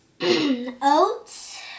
oats